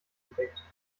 bedeckt